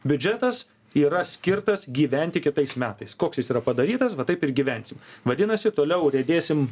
biudžetas yra skirtas gyventi kitais metais koks jis yra padarytas va taip ir gyvensime vadinasi toliau riedėsim